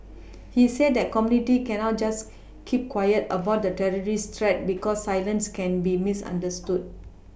he said that the community cannot just keep quiet about the terrorist threat because silence can be misunderstood